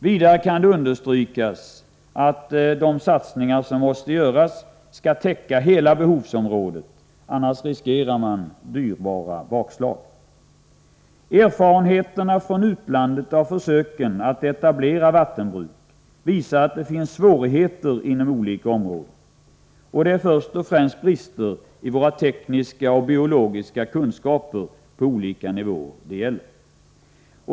Vidare kan det understrykas att de satsningar som måste göras skall täcka hela behovsområdet. Annars riskerar man dyrbara bakslag. Erfarenheterna från utlandet av försöken att etablera vattenbruk visar att det finns svårigheter inom olika områden. Det är först och främst brister i våra tekniska och biologiska kunskaper på olika nivåer som det gäller.